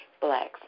blacks